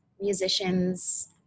musicians